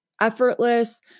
effortless